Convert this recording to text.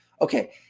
okay